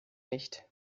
nicht